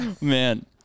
Man